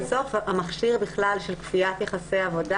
בסוף המכשיר של כפיית יחסי עבודה,